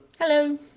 Hello